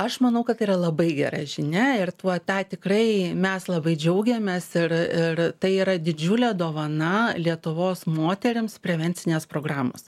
aš manau kad tai yra labai gera žinia ir tuo tą tikrai mes labai džiaugiamės ir ir tai yra didžiulė dovana lietuvos moterims prevencinės programos